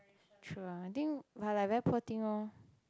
true [ah]I think like like very poor thing loh